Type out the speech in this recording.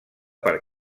per